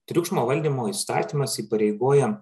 triukšmo valdymo įstatymas įpareigoja